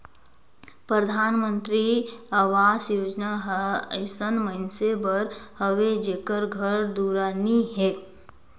परधानमंतरी अवास योजना हर अइसन मइनसे बर हवे जेकर घर दुरा नी हे